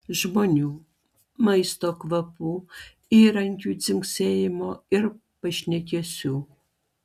žmonių maisto kvapų įrankių dzingsėjimo ir pašnekesių